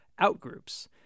outgroups